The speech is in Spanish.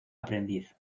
aprendiz